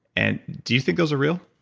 and do you think those are real?